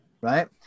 right